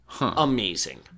amazing